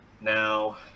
Now